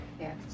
Yes